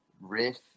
riff